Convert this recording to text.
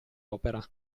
opera